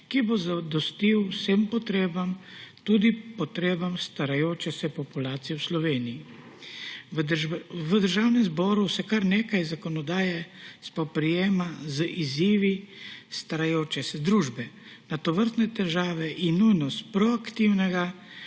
ki bo zadostil vsem potrebam, tudi potrebam starajoče se populacije v Sloveniji. V Državnem zboru se kar nekaj zakonodaje spoprijema z izzivi starajoče se družbe. Na tovrstne težave in nujnost proaktivnega